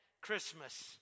Christmas